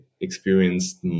experienced